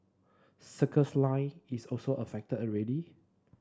circles line is also affected already